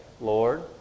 Lord